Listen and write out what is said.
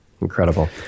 Incredible